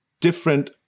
different